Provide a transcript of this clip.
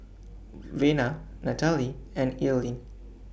Vena Natalee and Earlene